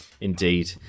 Indeed